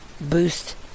boost